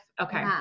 Okay